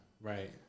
Right